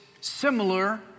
similar